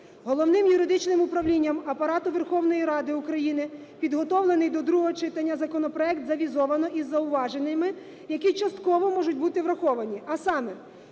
Головним юридичним управлінням Апарату Верховної Ради України підготовлений до другого читання законопроект завізовано із зауваженнями, які частково можуть бути враховані, а саме: